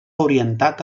orientat